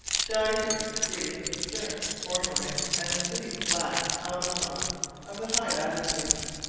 divers, grebe, sterns, cormorants, and the sooty-black albatross of the high latitudes.